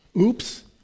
Oops